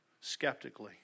skeptically